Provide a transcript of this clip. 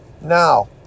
Now